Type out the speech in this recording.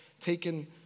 taken